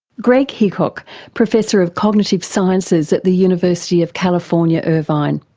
greg hickok professor of cognitive sciences at the university of california irvine.